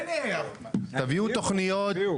הנה אבל --- תביאו תוכניות --- הביאו.